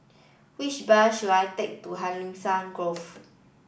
which bus should I take to Hacienda Grove